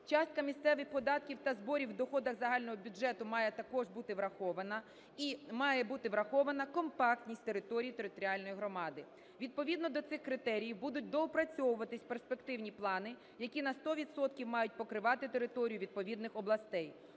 частка місцевих податків та зборів в доходах загального бюджету має також бути врахована; і має бути врахована компактність територій територіальної громади. Відповідно до цих критерій будуть доопрацьовуватись перспективні плани, які на сто відсотків мають покривати територію відповідних областей.